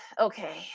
okay